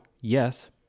yes